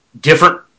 different